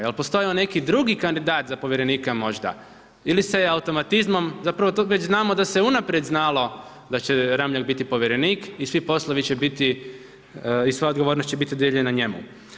Je li postojao neki drugi kandidat za povjerenika možda ili se automatizmom, zapravo to već znamo da se unaprijed znalo da će Ramljak biti povjerenik i svi poslovi će biti i sva odgovornost će biti dodijeljena njemu.